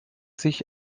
sich